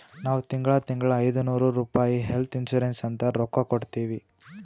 ನಾವ್ ತಿಂಗಳಾ ತಿಂಗಳಾ ಐಯ್ದನೂರ್ ರುಪಾಯಿ ಹೆಲ್ತ್ ಇನ್ಸೂರೆನ್ಸ್ ಅಂತ್ ರೊಕ್ಕಾ ಕಟ್ಟತ್ತಿವಿ